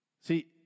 See